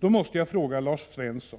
Jag måste fråga Lars Svensson: